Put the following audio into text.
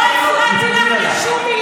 את בשתי קריאות,